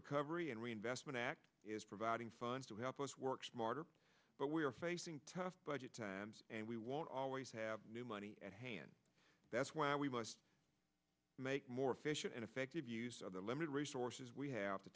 recovery and reinvestment act is providing funds to help us work smarter but we are facing tough budget times and we won't always have new money at hand that's why we must make more efficient and effective use of the limited resources we have to